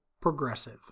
progressive